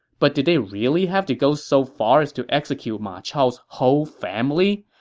but did they really have to go so far as to execute ma chao's whole family,